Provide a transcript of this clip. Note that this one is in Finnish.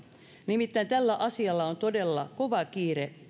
nimittäin tällä asialla on todella kova kiire